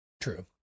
True